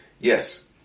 Yes